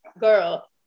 girl